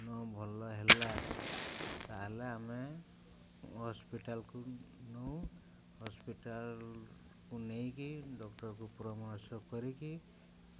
ନ ଭଲ ହେଲା ତାହେଲେ ଆମେ ହସ୍ପିଟାଲ୍କୁ ନେଉ ହସ୍ପିଟାଲ୍କୁ ନେଇକି ଡ଼କ୍ଟର୍କୁ ପରାମର୍ଶ କରିକି